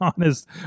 honest